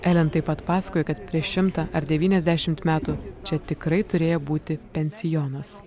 elen taip pat pasakojo kad prieš šimtą ar devyniasdešimt metų čia tikrai turėjo būti pensionas